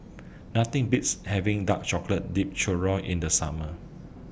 Nothing Beats having Dark Chocolate Dipped Churro in The Summer